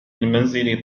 المنزل